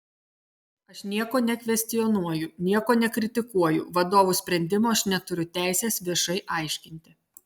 aš nieko nekvestionuoju nieko nekritikuoju vadovų sprendimo aš neturiu teisės viešai aiškinti